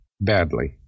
badly